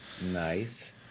Nice